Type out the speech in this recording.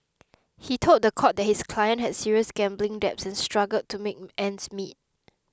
he told the court that his client had serious gambling debts and struggled to make ends meet